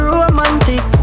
romantic